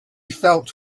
felt